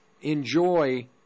enjoy